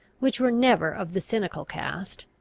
which were never of the cynical cast,